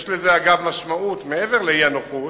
יש לזה, אגב, משמעות מעבר לאי-נוחות,